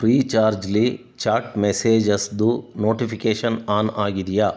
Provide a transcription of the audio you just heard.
free ಚಾರ್ಜ್ಲಿ chat ಮೆಸೇಜಸ್ದು notification on ಆಗಿದೆಯಾ